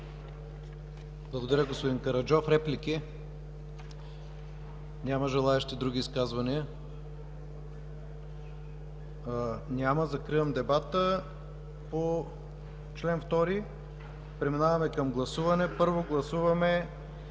Благодаря, господин Караджов. Реплики? Няма. Други изказвания? Няма. Закривам дебата по чл. 2 и преминаваме към гласуване. Първо, гласуваме